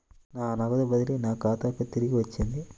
నా నగదు బదిలీ నా ఖాతాకు తిరిగి వచ్చింది